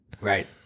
right